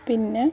പിന്നെ